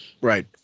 Right